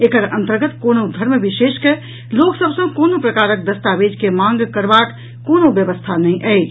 एकर अंतर्गत कोनहुँ धर्म विशेष के लोकसभ सॅ कोनो प्रकारक दस्तावेज के मांग करबाक कोनो व्यवस्था नहि अछि